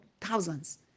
thousands